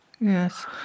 Yes